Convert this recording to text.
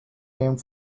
named